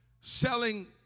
selling